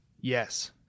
Yes